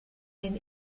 den